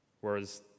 whereas